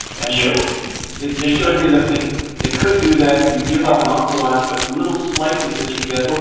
and they like like they showed me that they they could do that. you give up an awful lot, but little slices that you get,